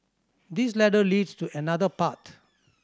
this ladder leads to another path